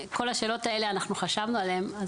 השאלות האלה, אנחנו חשבנו עליהן.